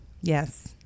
Yes